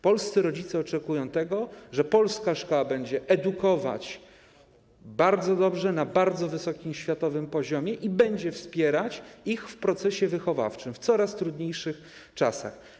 Polscy rodzice oczekują tego, że polska szkoła będzie edukować bardzo dobrze na bardzo wysokim światowym poziomie i będzie wspierać ich w procesie wychowawczym w coraz trudniejszych czasach.